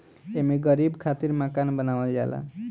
एमे गरीब खातिर मकान बनावल जाला